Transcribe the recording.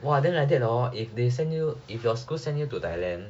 !wah! then like that hor if they send you if your school send you to thailand